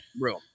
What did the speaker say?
room